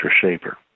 shaper